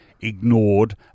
ignored